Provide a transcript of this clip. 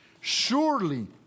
Surely